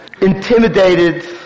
Intimidated